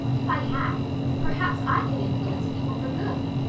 if i had perhaps i could influence people for good.